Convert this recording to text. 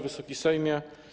Wysoki Sejmie!